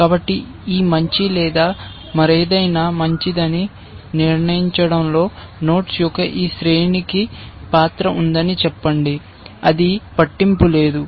కాబట్టి ఈ మంచి లేదా మరేదైనా మంచిదని నిర్ణయించడంలో నోడ్స్ యొక్క ఈ శ్రేణికి పాత్ర ఉందని చెప్పండి అది పట్టింపు లేదు